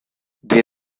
две